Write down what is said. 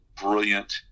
brilliant